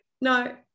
no